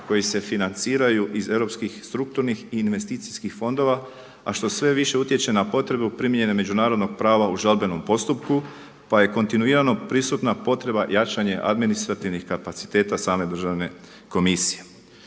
koji se financiraju iz europskih strukturni i investicijskih fondova a što više utječe na potrebu primjene međunarodnog prava u žalbenom postupku pa je kontinuirano prisutna potreba i jačanje administrativnih kapaciteta same Državne komisije.